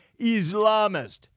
Islamist